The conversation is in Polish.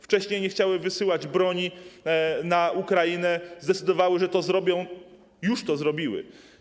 Wcześniej nie chciały wysyłać broni do Ukrainy, teraz zdecydowały, że to zrobią, już to zrobiły.